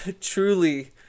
truly